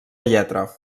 lletra